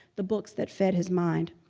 the books that fed his mind.